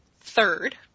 third